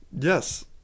Yes